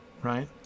Right